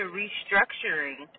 restructuring